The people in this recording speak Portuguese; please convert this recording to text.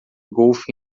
golfe